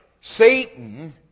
Satan